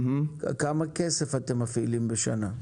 כמה כסף אתם מפעילים בשנה?